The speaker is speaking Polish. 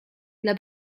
dla